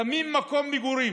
שמים מקום מגורים.